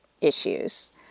issues